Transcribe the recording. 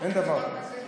אין דבר כזה?